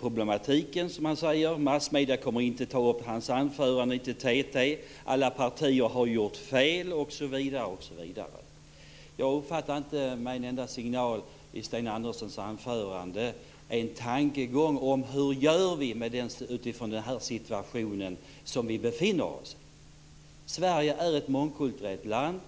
problematiken, som han säger, på vare sig kort eller lång sikt. Massmedierna kommer inte att ta upp hans anförande, TT kommer inte att göra det, alla partier har gjort fel osv. Jag uppfattade inte i Sten Anderssons anförande en enda signal gällande en tankegång om hur vi gör utifrån den situation som vi befinner oss i. Sverige är ett mångkulturellt land.